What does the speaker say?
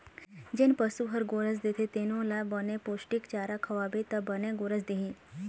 जेन पशु ह गोरस देथे तेनो ल बने पोस्टिक चारा खवाबे त बने गोरस दिही